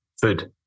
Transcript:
food